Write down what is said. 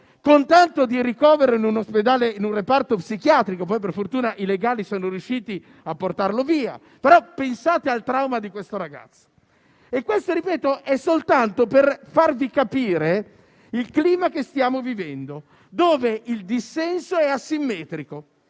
con tanto di ricovero in un reparto psichiatrico, poi per fortuna i legali sono riusciti a portarlo via, ma pensate al trauma di questo ragazzo. Questo è soltanto un esempio per farvi capire il clima che stiamo vivendo, in cui il dissenso è asimmetrico.